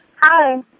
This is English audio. Hi